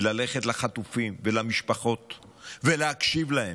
ללכת לחטופים ולמשפחות ולהקשיב להם,